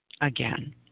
again